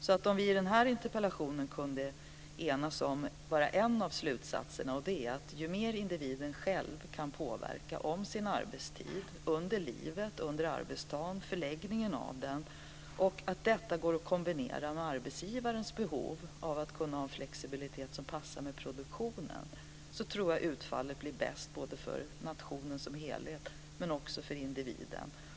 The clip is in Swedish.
Kanske kan vi i den här interpellationsdebatten enas om åtminstone en av slutsatserna, nämligen att ju mer individen själv kan påverka sin arbetstid - under livet, under arbetsdagen och förläggningen av den - och detta går att kombinera med arbetsgivarens behov av att kunna ha en flexibilitet som passar med produktionen, desto bättre blir utfallet både för nationen som helhet och för individen.